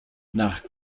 nach